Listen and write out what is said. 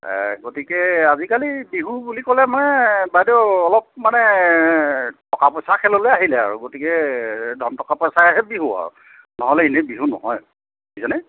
গতিকে আজিকালি বিহু বুলি ক'লে মানে বাইদেউ অলপ মানে টকা পইচাৰ খেললৈ আহিলে আৰু গতিকে ধন টকা পইচাইহে বিহু আৰু নহ'লে এনেই বিহু নহয় বুজিছেনে